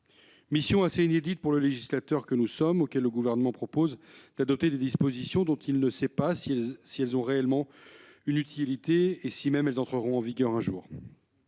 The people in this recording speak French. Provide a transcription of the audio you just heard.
Mission assez inédite pour le législateur auquel le Gouvernement propose d'adopter des dispositions dont il ne sait pas si elles ont réellement une utilité et si elles entreront en vigueur un jour.